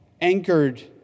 anchored